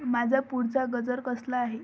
माझा पुढचा गजर कसला आहे